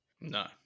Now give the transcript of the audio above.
No